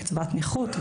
לקצבת נכות,